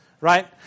right